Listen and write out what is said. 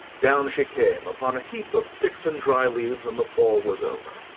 down she came upon a heap of sticks and dry leaves, and the fall was over.